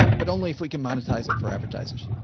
but only if we can monetize it for advertisers.